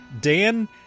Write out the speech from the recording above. Dan